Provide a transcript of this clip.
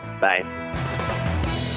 Bye